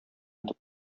итеп